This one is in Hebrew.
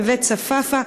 בבית צפאפה,